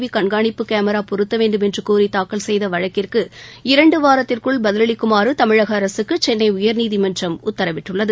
we கண்காணிப்பு கேமரா பொருத்த வேண்டுமென்று கோரி தாக்கல் செய்த வழக்கிற்கு இரண்டு வாரத்திற்குள் பதிலளிக்குமாறு தமிழக அரசுக்கு சென்னை உயா்நீதிமன்றம் உத்தரவிட்டுள்ளது